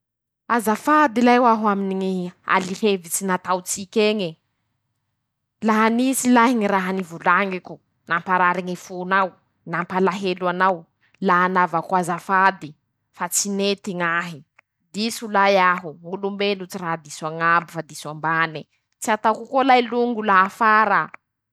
Azafady lahy hoaho aminy ñy aly hevitsy nataon-tsik'eñe. Laha nisy lahy ñy raha nivolañiko ,namparary ñy fo-nao ,nampalahelo anao ,la anaovako azafady fa tsy nety ñ'ahy ,diso lahy aho ,ñ'olombelo tsy raha diso añabo fa diso ambane, tsy ataoko koa lahy longo laha afara.